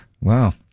Wow